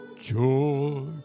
joy